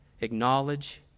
acknowledge